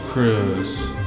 Cruise